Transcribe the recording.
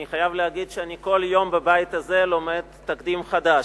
אני חייב להגיד שכל יום אני לומד בבית הזה תקדים חדש.